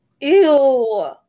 Ew